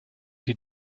die